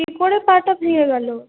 কী করে পা টা ভেঙে গেল